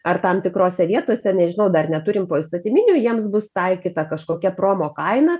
ar tam tikrose vietose nežinau dar neturim poįstatyminių jiems bus taikyta kažkokia promo kaina